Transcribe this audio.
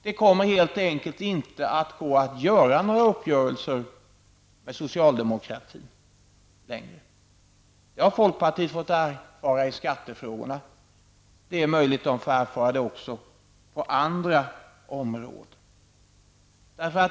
Det kommer helt enkelt inte gå att träffa några uppgörelser med socialdemokraterna längre. Det har folkpartiet fått erfara i skattefrågorna. Det är möjligt att de får erfara det också på andra områden.